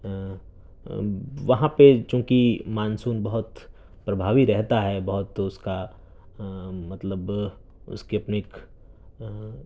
وہاں کوئی چوں کہ مانسون بہت پربھاوی رہتا ہے بہت اس کا مطلب اس کی اپنی ایک